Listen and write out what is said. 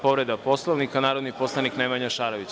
Povreda Poslovnika narodni poslanik Nemanja Šarović.